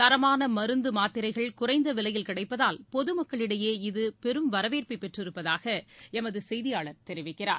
தரமானமருந்துமாத்திரைகள் குறைந்தவிலையில் கிடைப்பதால் பொதுமக்களிடையே இது பெரும் வரவேற்பைபெற்றிருப்பதாகஎமதுசெய்தியாளர் தெரிவிக்கிறார்